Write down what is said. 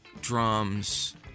drums